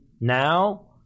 now